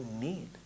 need